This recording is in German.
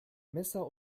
messer